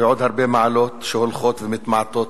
ועוד הרבה מעלות שהולכות ומתמעטות,